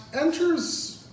enters